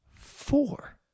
four